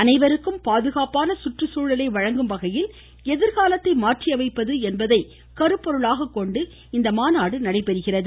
அனைவருக்கும் பாதுகாப்பான சுற்றுச்சூழலை வழங்கும் வகையில் எதிர்காலத்தை மாற்றியமைப்பது என்பதை கருப்பொருளாகக் கொண்டு இம்மாநாடு நடைபெறுகிறது